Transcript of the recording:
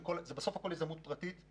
בסוף, הכול זה יזמות פרטית,